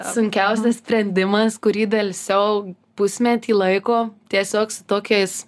sunkiausias sprendimas kurį delsiau pusmetį laiko tiesiog su tokiais